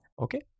Okay